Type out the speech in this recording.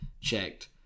checked